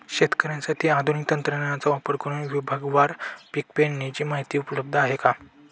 शेतकऱ्यांसाठी आधुनिक तंत्रज्ञानाचा वापर करुन विभागवार पीक पेरणीची माहिती उपलब्ध आहे का?